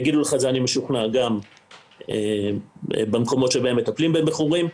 אני משוכנע שיגידו לך את זה גם במקומות שמטפלים במכורים,